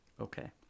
okay